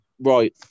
Right